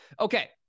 Okay